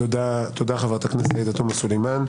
תודה, חברת הכנסת עאידה תומא סלימאן.